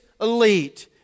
elite